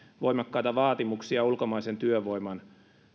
voimakkaita vaatimuksia ulkomaisen työvoiman